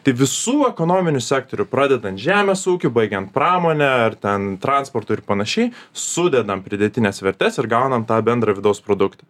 tai visų ekonominių sektorių pradedant žemės ūkiu baigian pramone ar ten transportu ir panašiai sudedam pridėtines vertes ir gaunam tą bendrą vidaus produkt